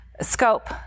scope